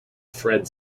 fred